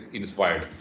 inspired